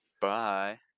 Bye